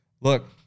Look